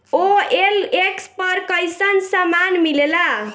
OLX पर कइसन सामान मीलेला?